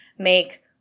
make